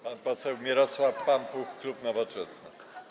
Pan poseł Mirosław Pampuch, klub Nowoczesna.